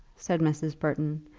said mrs. burton,